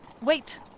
Wait